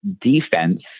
defense